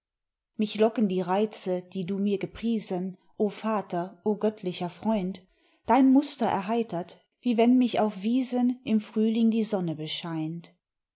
mich locken die reize die du mir gepriesen o vater o göttlicher freund dein muster erheitert wie wenn mich auf wiesen im frühling die sonne bescheint